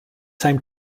same